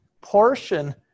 portion